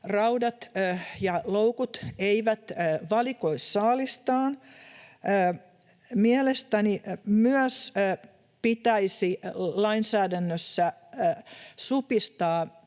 raudat ja loukut eivät valikoi saalistaan. Mielestäni myös pitäisi lainsäädännössä supistaa